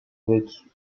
avec